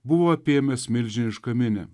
buvo apėmęs milžinišką minią